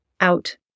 out